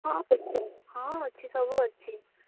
ହଁ ବିଲକୁଲ ହଁ ଅଛି ସବୁ ଅଛି